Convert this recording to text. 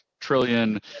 trillion